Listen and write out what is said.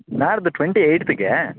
ನಾಡ್ದು ಟ್ವೆಂಟಿ ಏಟ್ತಿಗೆ